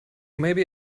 maybe